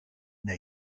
n’a